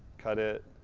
cut it,